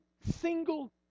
single